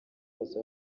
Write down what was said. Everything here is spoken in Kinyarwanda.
bose